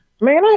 Man